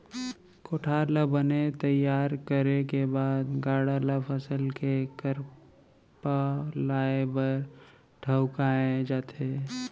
कोठार ल बने तइयार करे के बाद गाड़ा ल फसल के करपा लाए बर ठउकाए जाथे